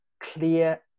clear